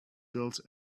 built